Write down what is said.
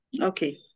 Okay